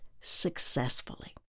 successfully